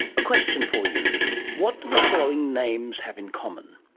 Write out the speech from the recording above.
a question for you what do the following names have in common?